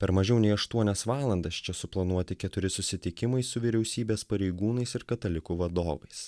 per mažiau nei aštuonias valandas čia suplanuoti keturi susitikimai su vyriausybės pareigūnais ir katalikų vadovais